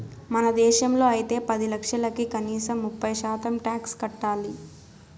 మన దేశంలో అయితే పది లక్షలకి కనీసం ముప్పై శాతం టాక్స్ కట్టాలి